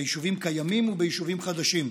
ביישובים קיימים וביישובים חדשים.